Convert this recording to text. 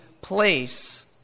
place